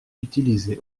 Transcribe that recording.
utilisé